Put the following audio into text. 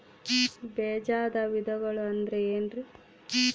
ಬೇಜದ ವಿಧಗಳು ಅಂದ್ರೆ ಏನ್ರಿ?